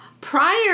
Prior